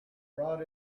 brought